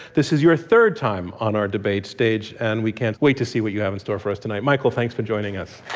this is your third time on our debate stage and we can't see wait to see what you have in store for us tonight. michael, thanks for joining us.